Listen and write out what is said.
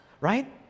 right